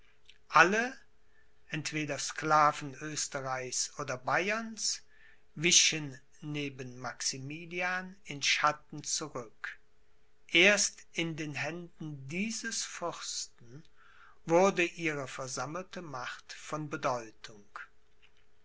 alle entweder sklaven oesterreichs oder bayerns wichen neben maximilian in schatten zurück erst in den händen dieses fürsten wurde ihre versammelte macht von bedeutung